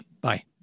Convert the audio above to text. bye